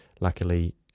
luckily